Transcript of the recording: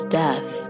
death